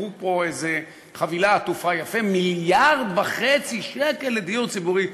מכרו פה איזה חבילה עטופה יפה: 1.5 מיליארד שקל לדיור ציבורי.